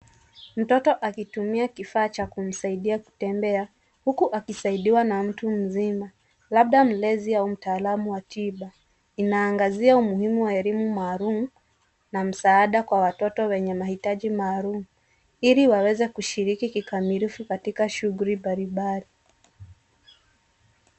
Mtoto akitumia kifaa cha kumsaidia kutembea huku akisaidiwa na mtu mzima, labda mlezi au mtaalumu wa tiba. Inaangazia umuhimu wa elimu maalum na msaada kwa watoto wenye mahitaji maalum ili waweze kushiriki kikamilifu katika shughuli mbalimbali.